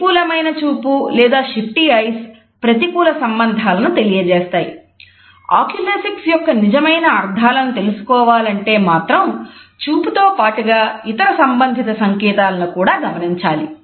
ప్రతికూలమైన చూపు లేక shifty eyes యొక్క నిజమైన అర్థాన్ని తెలుసుకోవాలంటే మాత్రం చూపుతో పాటుగా ఇతర సంబంధిత సంకేతాలను కూడా గమనించాలి